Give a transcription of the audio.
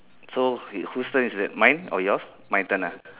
so wh~ who's turn is it mine or yours my turn ah